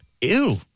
Ew